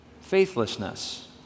Faithlessness